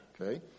Okay